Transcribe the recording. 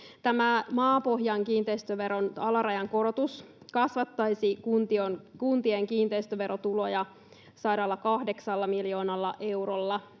maapohjan kiinteistöveron alarajan korotus kasvattaisi kuntien kiinteistöverotuloja 108 miljoonalla eurolla